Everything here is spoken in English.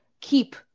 keep